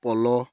পলহ